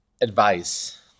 advice